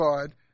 God